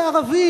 זה ערבים,